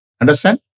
Understand